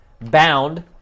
Bound